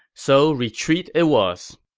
so retreat it was.